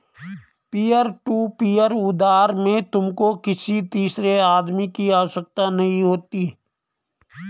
peer to peer उधार में तुमको किसी तीसरे आदमी की आवश्यकता नहीं होती